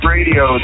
Radio